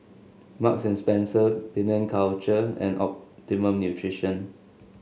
Marks and Spencer Penang Culture and Optimum Nutrition